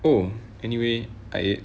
oh anyway I ate